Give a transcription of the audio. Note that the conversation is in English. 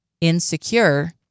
insecure